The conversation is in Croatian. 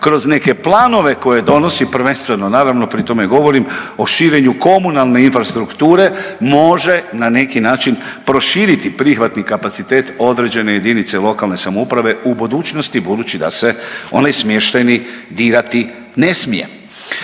kroz neke planove koje donosi, prvenstveno naravno pri tome govorim o širenju komunalne infrastrukture, može na neki način proširiti prihvatni kapacitet određene jedinice lokalne samouprave u budućnosti budući da se onaj smještajni dirati ne smije.